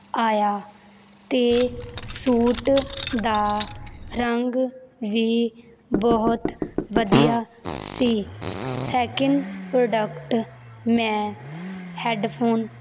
ਆਇਆ ਅਤੇ ਸੂਟ ਦਾ ਰੰਗ ਵੀ ਬਹੁਤ ਵਧੀਆ ਸੀ ਸੈਕਿੰਡ ਪ੍ਰੋਡਕਟ ਮੈਂ ਹੈਡਫੋਨ